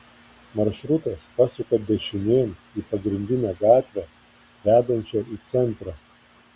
maršrutas pasuka dešinėn į pagrindinę gatvę vedančią į centrą